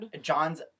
John's